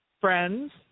friends